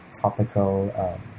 topical